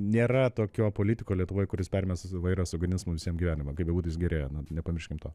nėra tokio politiko lietuvoj kuris perėmęs vairą sugadins mum visiem gyvenimą kaip bebūtų jis gerėja nu nepamirškim to